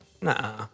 Nah